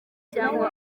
cyangwa